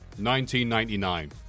1999